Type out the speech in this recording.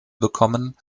bekommen